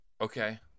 Okay